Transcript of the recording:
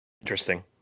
Interesting